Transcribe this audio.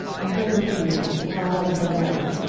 and jekuthiel the father of zanoah.